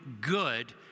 good